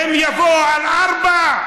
הם יבואו על ארבע.